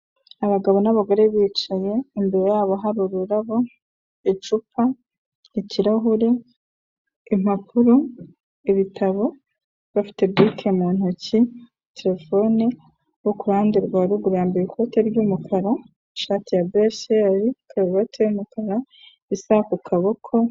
Abagabo n'abagore bicaye imbere yabo hari ururabo, icupa, ikirarahure, impapuro, ibitabo, bafite bike mu ntoki, terefone, uwo ku ruhande rwa ruguru yambaye ikote ry'umukara, ishati ya burusiyeri, karuvate y'umukara, isa ku kaboko...